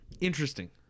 interesting